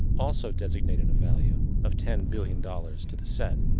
also designating a value of ten billion dollars to the set.